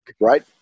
right